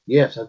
Yes